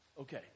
Okay